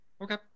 okay